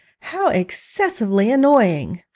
how excessively annoying